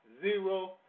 zero